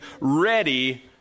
ready